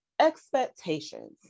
expectations